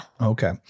Okay